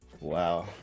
Wow